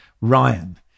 Ryan